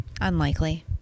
Unlikely